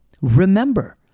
Remember